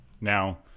now